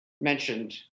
mentioned